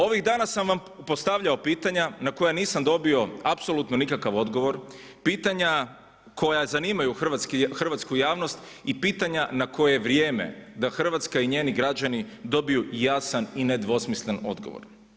Ovih danas sam vam postavljao pitanja na koja nisam dobio apsolutno nikakav odgovor, pitanja koja zanimaju hrvatsku javnost i pitanja na koje je vrijeme da Hrvatska i njeni građani dobiju jasan i nedvosmislen odgovor.